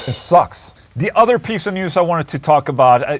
ah sucks the other piece of news i wanted to talk about.